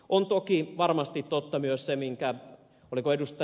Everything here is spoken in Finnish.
on toki varmasti totta myös se minkä joku oliko ed